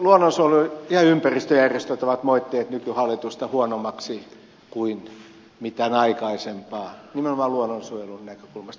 luonnonsuojelu ja ympäristöjärjestöt ovat moittineet nyt jo hallitusta huonommaksi kuin mitään aikaisempaa nimenomaan luonnonsuojelun näkökulmasta